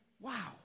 Wow